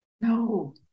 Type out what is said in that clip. No